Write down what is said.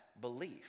belief